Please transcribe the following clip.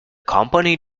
company